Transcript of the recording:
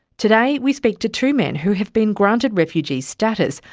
today we speak to two men who have been granted refugee status,